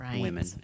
women